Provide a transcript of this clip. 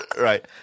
Right